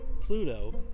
pluto